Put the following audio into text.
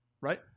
right